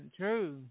true